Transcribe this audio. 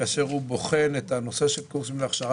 כאשר הוא בוחן את הנושא של קורסים להכשרה